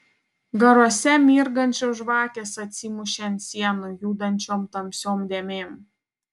garuose mirgančios žvakės atsimušė ant sienų judančiom tamsiom dėmėm